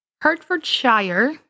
Hertfordshire